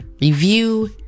review